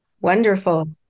Wonderful